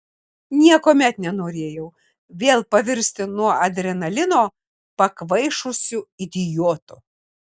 niekuomet nenorėjau vėl pavirsti nuo adrenalino pakvaišusiu idiotu